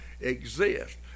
exist